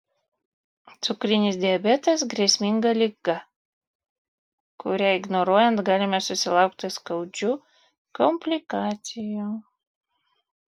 cukrinis diabetas grėsminga liga kurią ignoruojant galime susilaukti skaudžių komplikacijų